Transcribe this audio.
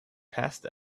passed